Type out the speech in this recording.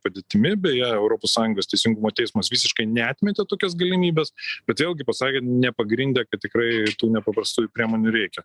padėtimi beje europos sąjungos teisingumo teismas visiškai neatmetė tokios galimybės bet vėlgi pasakė nepagrindę kad tikrai tų nepaprastųjų priemonių reikia